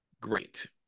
great